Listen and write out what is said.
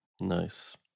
Nice